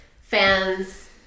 fans